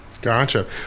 Gotcha